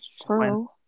true